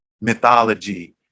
mythology